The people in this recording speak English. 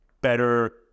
better